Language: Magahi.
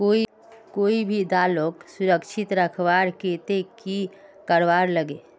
कोई भी दालोक सुरक्षित रखवार केते की करवार लगे?